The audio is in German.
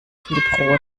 viel